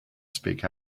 speak